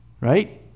Right